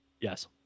Yes